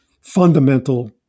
fundamental